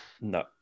No